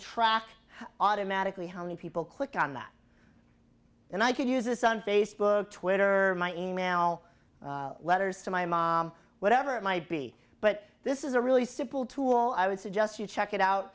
track automatically how many people click on that and i could use this on facebook twitter my e mail letters to my mom whatever it might be but this is a really simple tool i would suggest you check it out